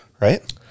right